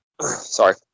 Sorry